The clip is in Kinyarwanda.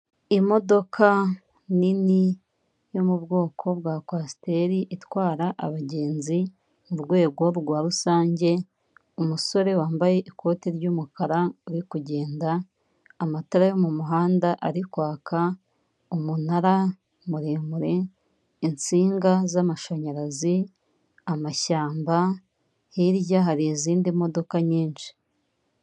Imodoka nini yo mu bwoko bwa kwasiteri, itwara abagenzi mu rwego rwa rusange, umusore wambaye ikoti ry'umukara uri kugenda, amatara yo mu muhanda ari kwaka, umunara muremure, insinga z'amashanyarazi, amashyamba, hirya hari izindi modoka nyinshi.